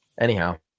Anyhow